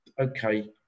okay